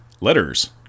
Letters